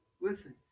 Listen